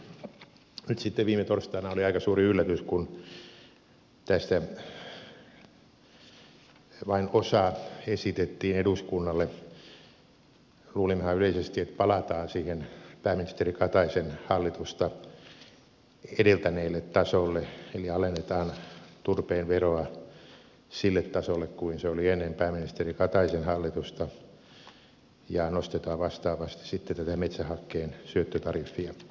nyt sitten viime torstaina oli aika suuri yllätys kun tästä vain osa esitettiin eduskunnalle luulimmehan yleisesti että palataan sille pääministeri kataisen hallitusta edeltäneelle tasolle eli alennetaan turpeen vero sille tasolle millä se oli ennen pääministeri kataisen hallitusta ja nostetaan vastaavasti sitten tätä metsähakkeen syöttötariffia